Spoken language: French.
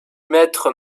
maître